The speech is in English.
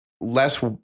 less